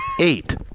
eight